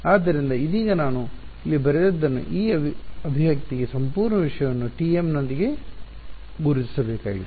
ಆದ್ದರಿಂದ ಇದೀಗ ನಾನು ಇಲ್ಲಿ ಬರೆದದ್ದನ್ನು ಈ ಅಭಿವ್ಯಕ್ತಿಗೆ ಸಂಪೂರ್ಣ ವಿಷಯವನ್ನು Tm ನೊಂದಿಗೆ ಗುರುತಿಸಬೇಕಾಗಿದೆ